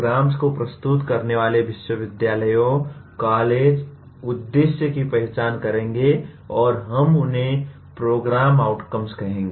programmes को प्रस्तुत करने वाले विश्वविद्यालयों कॉलेज उद्देश्य की पहचान करेंगे और हम उन्हें प्रोग्राम आउटकम्स कहेंगे